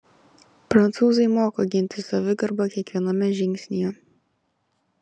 prancūzai moka ginti savigarbą kiekviename žingsnyje